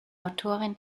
autorin